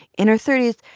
in her thirty s,